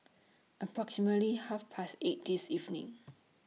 approximately Half Past eight This evening